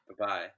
Bye-bye